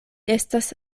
estas